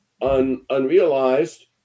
unrealized